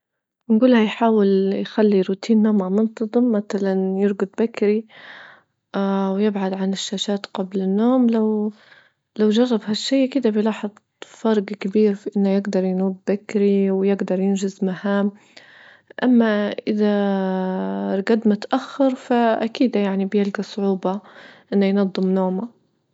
نجوله يحاول يخلي روتين نومه منتظم مثلا يرجد بكري اه ويبعد عن الشاشات قبل النوم لو-لو جرب هالشي أكيد بيلاحظ فرج كبير في أنه يجدر يجوم بدرى ويجدر ينجز مهام أما اذا رجد متأخر فأكيد يعني بيلجى صعوبة أنه ينظم نومه.